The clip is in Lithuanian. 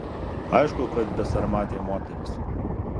aišku kad besarmatė moteris